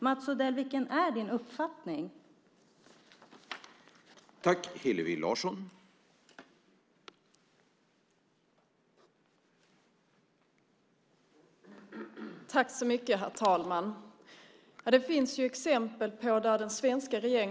Vad är din uppfattning, Mats Odell?